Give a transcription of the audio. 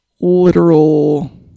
literal